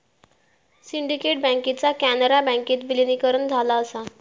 syndicate बँकेचा कॅनरा बँकेत विलीनीकरण झाला असा